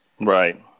Right